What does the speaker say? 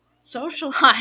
socialize